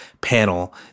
panel